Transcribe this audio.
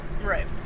Right